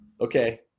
Okay